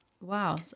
Wow